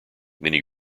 many